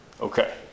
Okay